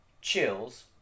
chills